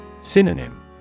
Synonym